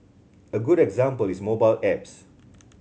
a good example is mobile apps